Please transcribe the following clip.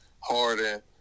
Harden